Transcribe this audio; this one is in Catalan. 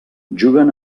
juguen